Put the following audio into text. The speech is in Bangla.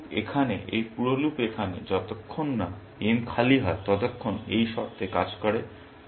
এই লুপ এখানে এই পুরো লুপ এখানে যতক্ষণ না m খালি হয় ততক্ষন এই শর্তে কাজ করে